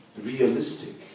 realistic